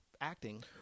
acting